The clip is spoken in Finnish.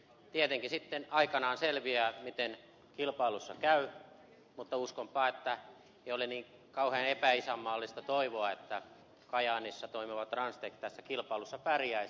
tietenkin sitten aikanaan selviää miten kilpailussa käy mutta uskonpa että ei ole niin kauhean epäisänmaallista toivoa että kajaanissa toimiva transtech tässä kilpailussa pärjäisi